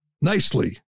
nicely